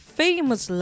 famous